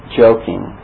joking